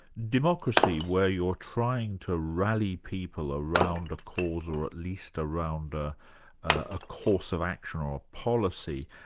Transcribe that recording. democracy, where you're trying to rally people around a cause or at least around ah a course of action or a policy,